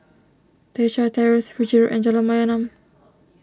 Teck Chye Terrace Fiji Road and Jalan Mayaanam